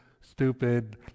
stupid